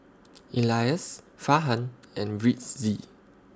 Elyas Farhan and Rizqi